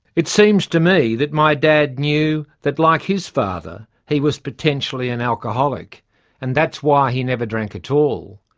it seems to me that my dad knew that, like his father, he was potentially an alcoholic and that's why he never drank at all.